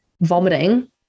vomiting